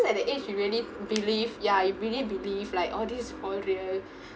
was at the age you really believe ya you believe believe like all these all real